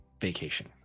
vacation